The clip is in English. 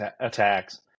attacks